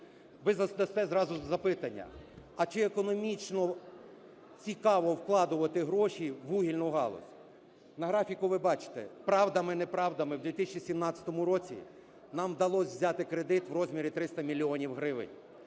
Ви задасте одразу запитання: а чи економічно цікаво вкладати гроші у вугільну галузь? На графіку ви бачите: правдами-неправдами в 2017 році нам вдалось взяти кредит в розмірі 300 мільйонів